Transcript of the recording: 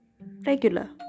regular